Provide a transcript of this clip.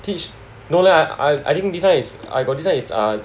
teach no lah I think this one is I got this one is ah